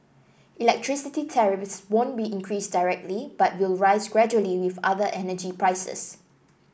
electricity tariffs won't be increased directly but will rise gradually with other energy prices